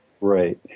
Right